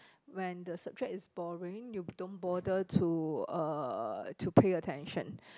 when the subject is boring you don't bother to uh to pay attention